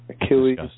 Achilles